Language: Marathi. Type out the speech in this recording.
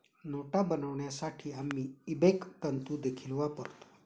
नोटा बनवण्यासाठी आम्ही इबेक तंतु देखील वापरतो